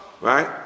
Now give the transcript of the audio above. right